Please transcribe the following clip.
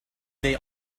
they